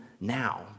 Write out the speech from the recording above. now